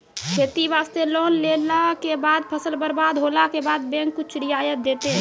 खेती वास्ते लोन लेला के बाद फसल बर्बाद होला के बाद बैंक कुछ रियायत देतै?